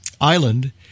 island